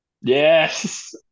Yes